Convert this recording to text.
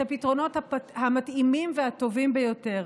את הפתרונות המתאימים והטובים ביותר.